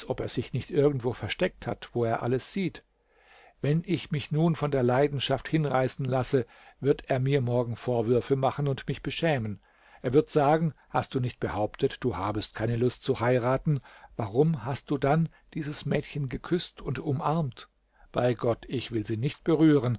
ob er sich nicht irgendwo versteckt hat wo er alles sieht wenn ich mich nun von der leidenschaft hinreißen lasse wird er mir morgen vorwürfe machen und mich beschämen er wird sagen hast du nicht behauptet du habest keine lust zu heiraten warum hast du denn dieses mädchen geküßt und umarmt bei gott ich will sie nicht berühren